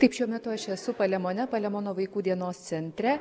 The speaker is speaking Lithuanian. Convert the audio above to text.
taip šiuo metu aš esu palemone palemono vaikų dienos centre